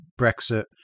Brexit